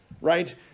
right